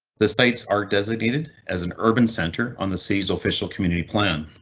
the sites are designated as an urban center on the seas official community plan.